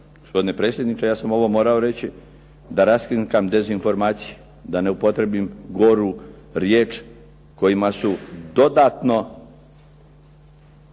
Gospodine predsjedniče ja sam morao ovo reći da raskrinkam dezinformacije, da ne upotrijebim goru riječ kojima su dodatno